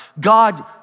God